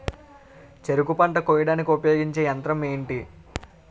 చెరుకు పంట కోయడానికి ఉపయోగించే యంత్రం ఎంటి?